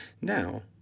Now